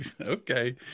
Okay